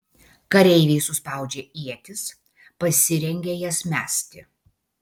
kareiviai suspaudžia ietis pasirengia jas mesti